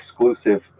exclusive